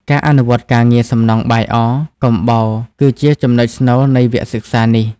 ការអនុវត្តការងារសំណង់បាយអកំបោរគឺជាចំណុចស្នូលនៃវគ្គសិក្សានេះ។